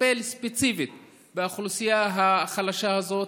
לטפל ספציפית באוכלוסייה החלשה הזאת,